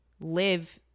live